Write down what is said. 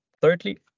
Thirdly